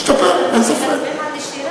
השתפר, אין ספק.